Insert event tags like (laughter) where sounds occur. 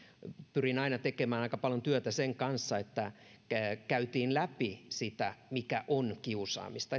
pyrin aina tekemään aika paljon työtä sen kanssa että käytiin läpi sitä mikä on kiusaamista (unintelligible)